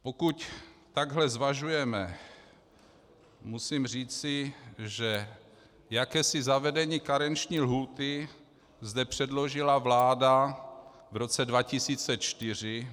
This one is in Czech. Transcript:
Pokud takhle zvažujeme, musím říci, že jakési zavedení karenční lhůty zde předložila vláda v roce 2004.